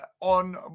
on